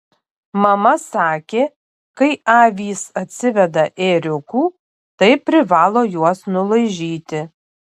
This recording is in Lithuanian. mama sakė kai avys atsiveda ėriukų tai privalo juos nulaižyti